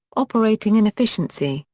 operating inefficiency,